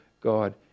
God